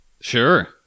Sure